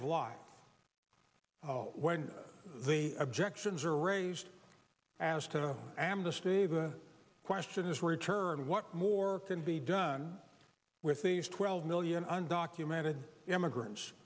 of life when the objections are raised as to amnesty the question is return what more can be done with these twelve million undocumented immigrants